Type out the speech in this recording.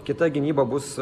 kita gynyba bus